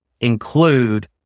include